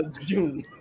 June